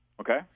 Okay